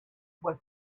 was